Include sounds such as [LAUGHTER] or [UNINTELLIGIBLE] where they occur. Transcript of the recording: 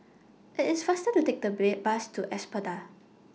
IT IS faster to Take The [UNINTELLIGIBLE] Bus to Espada